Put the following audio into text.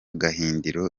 gahindiro